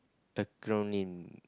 acronym